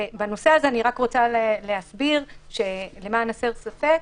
בנושא הזה אני רוצה להסביר למען הסר ספק